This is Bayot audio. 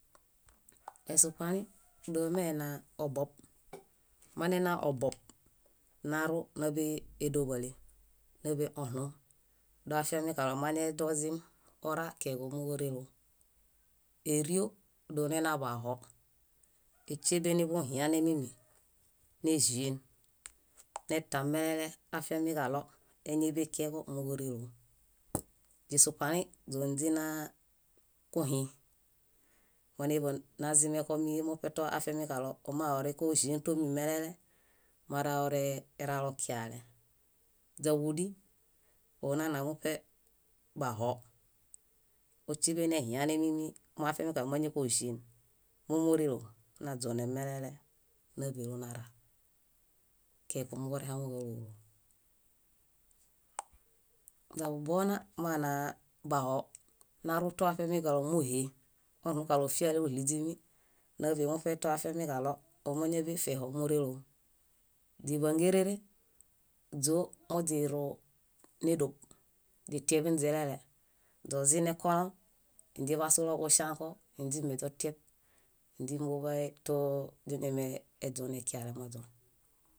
Esupalĩ domenaa obob. Manena obob narũ náḃe édoḃale, náḃe oɭum doafiamiġaɭo manedozim ora keeġo móġoreloo. Ério, donena bahoo. Éśebe nubuhiane mími néĵien. Netamelele afiamiġaɭo éñiḃe keeġo móġurelo. Źisupalĩ, źóniźinaa kuhĩ. Monib nazimeko toafiamiġaɭo omawareko káĵiẽko mími melele maroeralo kiale. Źáġudi, onana moṗe bahoo. Óśebe nehiane mími moafiamikaɭo máñakoĵien mórelo. Źíḃangerere źóo moźirũ nédob, źitieḃeniźilele. Źozinekolõ niźiḃasulo kuŝãko, níźimbieźotieb nizimbuḃay too źiñameeźonen kiale moźon.